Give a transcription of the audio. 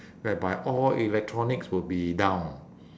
whereby all electronics will be down